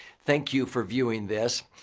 thank you for viewing this.